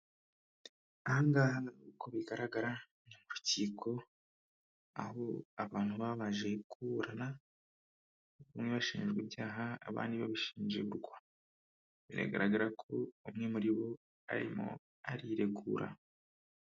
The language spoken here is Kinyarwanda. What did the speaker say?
Ahangaha uko bigaragara mu rukiko aho abantu baba baje kuburana bamwe bashinjwa ibyaha abandi babishinjurwa, biragaragara ko umwe muri bo arimo ariregura.